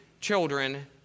children